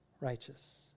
righteous